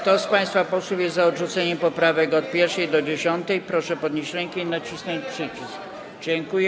Kto z państwa posłów jest za odrzuceniem poprawek od 1. do 10., proszę podnieść rękę i nacisnąć przycisk.